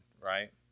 right